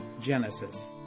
Genesis